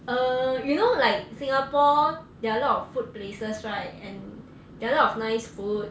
err you know like singapore there are a lot of food places right and there are a lot of nice food